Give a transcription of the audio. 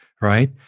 right